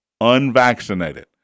unvaccinated